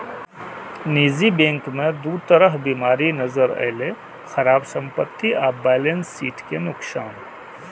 निजी बैंक मे दू तरह बीमारी नजरि अयलै, खराब संपत्ति आ बैलेंस शीट के नुकसान